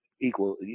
equal